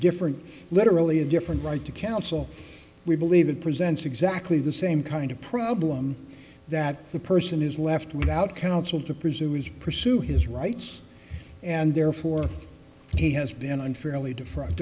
different literally a different right to counsel we believe it presents exactly the same kind of problem that the person is left without counsel to presume he's pursue his rights and therefore he has been unfairly de